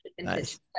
Nice